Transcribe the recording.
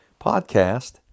podcast